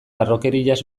harrokeriaz